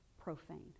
profane